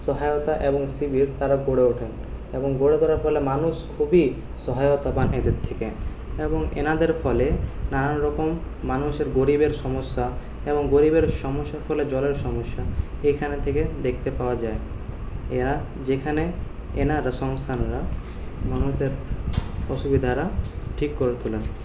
সহায়তা এবং শিবির তারা গড়ে ওঠেন এবং গড়ে তোলার ফলে মানুষ খুবই সহায়তা পান এদের থেকে এবং এনাদের ফলে নানানরকম মানুষের গরিবের সমস্যা এবং গরিবের সমস্যার ফলে জলের সমস্যা এখানে থেকে দেখতে পাওয়া যায় এরা যেখানে এনার সংস্থানরা মানুষের অসুবিধারা ঠিক করে তোলেন